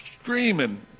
screaming